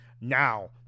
Now